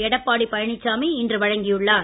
எடப்பாடி பழனிசாமி இன்று வழங்கியுள்ளார்